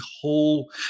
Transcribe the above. whole